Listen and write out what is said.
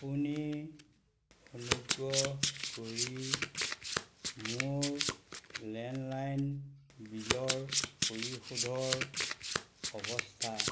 আপুনি অনুগ্ৰহ কৰি মোৰ লেণ্ডলাইন বিলৰ পৰিশোধৰ অৱস্থা